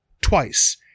twice